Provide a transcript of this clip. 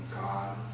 God